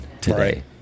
today